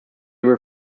were